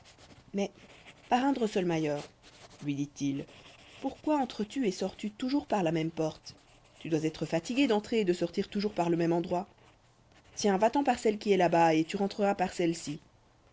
mais parrain drosselmayer lui dit-il pourquoi entres tu et sors-tu toujours par la même porte tu dois être fatigué d'entrer et de sortir toujours par le même endroit tiens va-t'en par celle qui est là-bas et tu rentreras par celle-ci